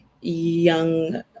young